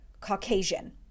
Caucasian